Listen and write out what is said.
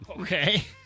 Okay